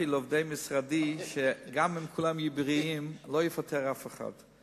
הבטחתי לעובדי משרדי שגם אם כולם יהיו בריאים לא נפטר אף אחד,